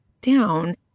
down